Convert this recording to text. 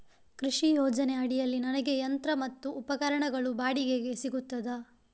ಕೃಷಿ ಯೋಜನೆ ಅಡಿಯಲ್ಲಿ ನನಗೆ ಯಂತ್ರ ಮತ್ತು ಉಪಕರಣಗಳು ಬಾಡಿಗೆಗೆ ಸಿಗುತ್ತದಾ?